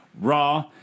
Raw